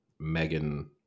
Megan